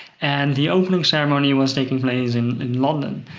and the opening ceremony was taking place in london.